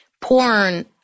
Porn